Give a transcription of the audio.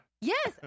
yes